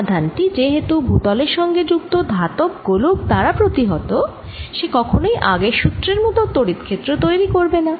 এই আধান টি যে হেতু ভুতলের সঙ্গে যুক্ত ধাতব গোলক দ্বারা প্রতিহত সে কখনই আগের সুত্রের মত তড়িৎ ক্ষেত্র তৈরি করবে না